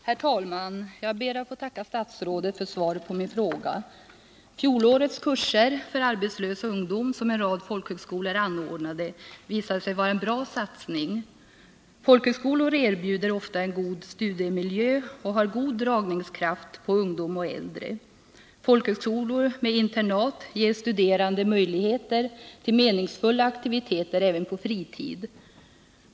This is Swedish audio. Herr talman! Jag ber att få tacka statsrådet för svaret på min fråga. Fjolårets kurser för arbetslös ungdom, som en rad folkhögskolor anordnade, visade sig vara en bra satsning. Folkhögskolor erbjuder ofta en god studiemiljö och har god dragningskraft på ungdom och äldre. Folkhögskolor med internat ger studerande möjligheter till meningsfulla aktiviteter även på fritid.